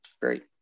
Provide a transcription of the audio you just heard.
Great